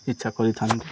ଇଚ୍ଛା କରିଥାନ୍ତି